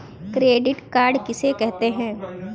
Credit card किसे कहते हैं?